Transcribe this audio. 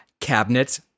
Cabinet